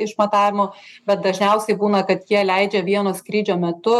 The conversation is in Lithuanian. išmatavimų bet dažniausiai būna kad jie leidžia vieno skrydžio metu